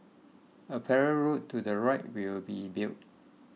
a parallel road to the right will be built